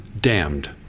damned